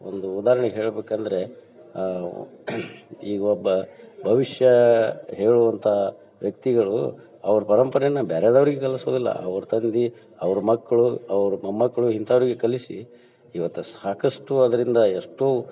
ಒಂದು ಉದಾಹರಣೆ ಹೇಳಬೇಕಂದ್ರೆ ಈಗ ಒಬ್ಬ ಭವಿಷ್ಯ ಹೇಳುವಂಥ ವ್ಯಕ್ತಿಗಳು ಅವ್ರ ಪರಂಪರೆಯನ್ನು ಬೇರೆದವ್ರಿಗೆ ಕಲಿಸುವುದಿಲ್ಲ ಅವ್ರ ತಂದೆ ಅವ್ರ ಮಕ್ಕಳು ಅವ್ರ ಮೊಮ್ಮಕ್ಕಳು ಇಂಥವರಿಗೆ ಕಲಿಸಿ ಇವತ್ತು ಸಾಕಷ್ಟು ಅದರಿಂದ ಎಷ್ಟೋ